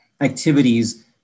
activities